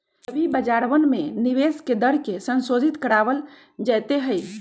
सभी बाजारवन में निवेश के दर के संशोधित करावल जयते हई